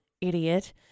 Idiot